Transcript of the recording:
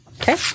Okay